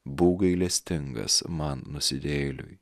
būk gailestingas man nusidėjėliui